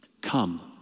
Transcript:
Come